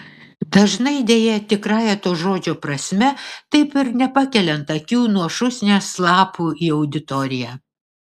dažnai deja tikrąja to žodžio prasme taip ir nepakeliant akių nuo šūsnies lapų į auditoriją